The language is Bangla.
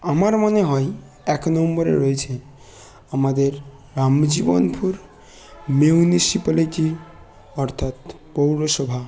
আমার মনে হয় এক নম্বরে রয়েছে আমাদের রামজীবনপুর মিউনিসিপ্যালিটি অর্থাৎ পৌরসভা